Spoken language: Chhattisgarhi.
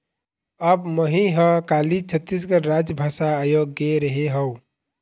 अब मही ह काली छत्तीसगढ़ राजभाषा आयोग गे रेहे हँव